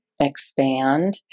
expand